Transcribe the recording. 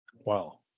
Wow